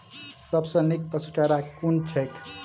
सबसँ नीक पशुचारा कुन छैक?